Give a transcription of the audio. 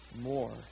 more